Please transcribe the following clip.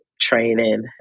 training